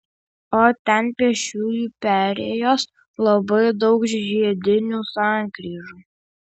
o ten pėsčiųjų perėjos labai daug žiedinių sankryžų